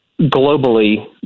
globally